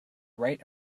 right